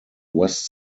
west